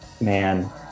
man